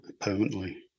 permanently